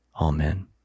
Amen